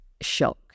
shock